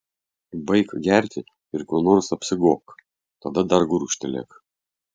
baik gerti ir kuo nors apsigobk tada dar gurkštelėk